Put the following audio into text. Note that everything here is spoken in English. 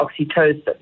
oxytocin